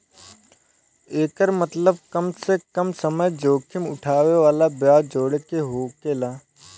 एकर मतबल कम से कम समय जोखिम उठाए वाला ब्याज जोड़े के होकेला